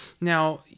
Now